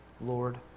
Lord